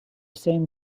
same